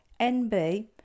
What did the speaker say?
nb